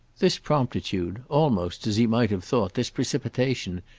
this promptitude almost, as he might have thought, this precipitation,